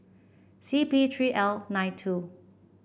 C P three L nine two